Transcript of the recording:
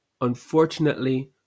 unfortunately